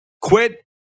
Quit